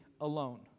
alone